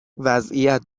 وضعیت